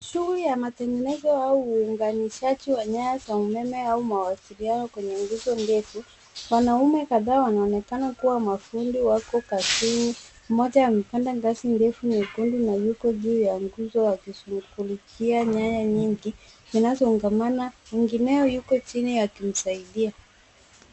Shughuli ya matengenezo au uunganishaji wa nyaya za umeme au mawasiliano kwenye nguzo ndefu wanaume kadhaa wanaonekana kuwa mafundi wako kazini mmoja amepanda ngazi ndefu nyekundu na yuko juu ya nguzo akishughulikia nyaya nyingi zinazoungamana mwingineo yuko chini akimsaidia.